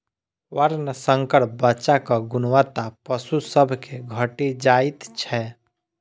वर्णशंकर बच्चाक गुणवत्ता पशु सभ मे घटि जाइत छै